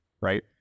right